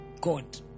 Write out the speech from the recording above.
God